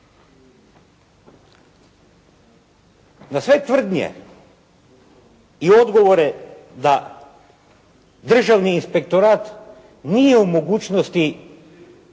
Za sve tvrdnje i odgovore da Državni inspektorat nije u mogućnosti